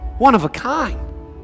one-of-a-kind